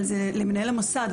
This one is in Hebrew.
אבל זה למנהל המוסד,